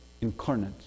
incarnate